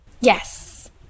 Yes